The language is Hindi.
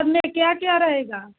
सब में क्या क्या रहेगा